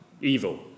evil